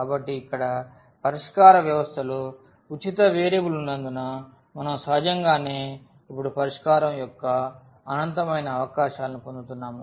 కాబట్టి ఇక్కడ పరిష్కార వ్యవస్థలో ఉచిత వేరియబుల్ ఉన్నందున మనం సహజంగానే ఇప్పుడు పరిష్కారం యొక్క అనంతమైన అవకాశాలను పొందుతున్నాము